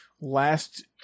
last